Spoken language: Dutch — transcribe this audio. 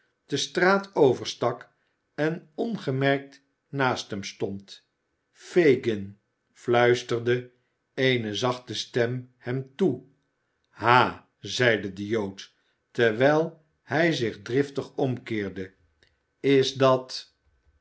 de straat overstak en ongemerkt naast hem stond fagin fluisterde eene zachte stem hem toe ha zeide de jood terwijl hij zich driftig omkeerde is dat